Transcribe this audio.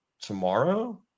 tomorrow